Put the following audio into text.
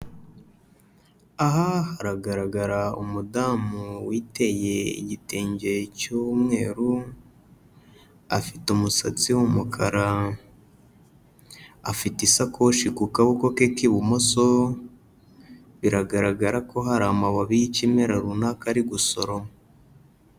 Aha haragaragara umudamu witeye igitenge cy'umweru, afite umusatsi w'umukara. Afite isakoshi ku kaboko ke k'ibumoso, biragaragara ko hari amababi y'ikimera runaka ari gusoroma.